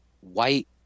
white